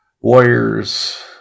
warriors